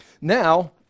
Now